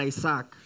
Isaac